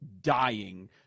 dying